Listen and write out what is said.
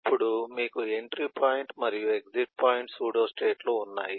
అప్పుడు మీకు entry point మరియు ఎగ్జిట్ పాయింట్ సూడోస్టేట్లు ఉన్నాయి